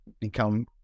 become